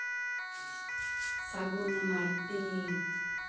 ᱥᱟᱹᱜᱩᱱ ᱢᱟᱨᱰᱤ